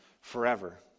forever